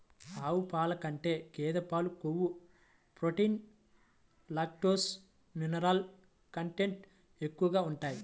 ఆవు పాల కంటే గేదె పాలలో కొవ్వు, ప్రోటీన్, లాక్టోస్, మినరల్ కంటెంట్ ఎక్కువగా ఉంటాయి